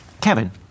Kevin